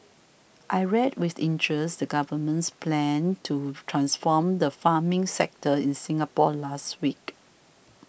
I read with the interest the government's plan to transform the farming sector in Singapore last week